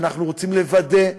ואנחנו רוצים לוודא,